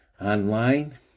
online